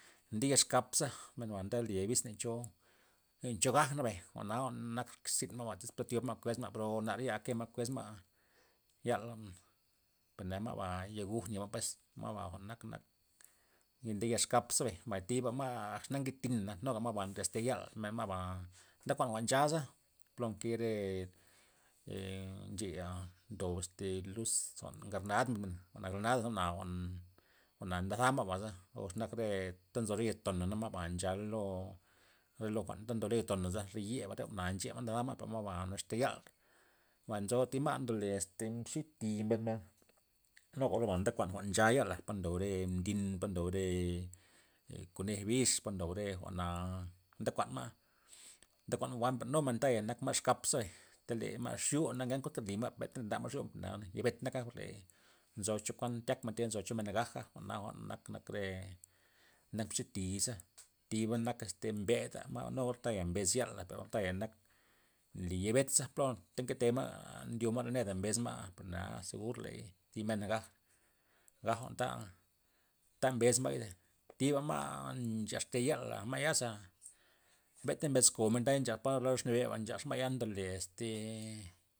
Nde ya xkapza men ba ndele abis za cho, len cho gaj nabay jwa'na jwan nak rzynma' iz po thiob ma' kues ma bro nar ya kema' kuesma' yal per ne'a ma'ba yaguj ni'ma pues, ma'ba jwa'n nak nde ya xkapze, mbay thiba ma'ba nak gidtina' nuga ma'ba naxte yala, maba' nde kuan jwa'n nchama' za plo nke re ncheya ndob este luz jwa'n granad mbuymen granada' jwa'na jwa'n ndeza ma'baza or ze nak re nzo re ya' tona ma'ba ncha lo re lo jwa'n nta ndo lo ya' tonaza re yeba re jwa'na nche ma' ndeza ma' parba za axta yal, mba nzo thi ma' este mxi thi mbes men nuga orba nde kuan jwa'n jwa' ncha ya'la ndo re mbin ndo re conej bix po ndo re jwa'na nda kuan ma' nde kuan ma' jwa'n jwa'ma per nu ma' ta nak ma' exkap zebay, tele ma' xu'i nakenkuan nly ma per mbeta ndama' xu'i ya bet naka nzo cho kuan tyakmen tya gaja' jwa'n nak- nak r nak mbi thii'za thiba nak este mbeda' ma' nu orta'ya mbes yala' per jwa'n nak taya nly yalbet, plopa nke tema' ndyoma' re neda ze mbes ma' per nea segur ley zi men ngaj gaj gax ta mbes ma'y, thiba ma' nchaste ya'la ma' za mbenta mbes ko'u mentaya nchax po lo xkou lo beba nchax ma'ya ndole este.